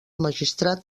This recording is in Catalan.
magistrat